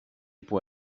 può